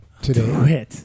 today